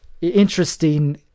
interesting